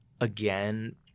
again